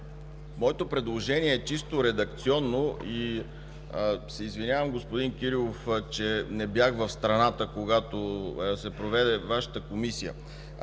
моето предложение е чисто редакционно. Извинявам се, господин Кирилов, че не бях в страната, когато се проведе заседанието